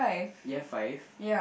ya five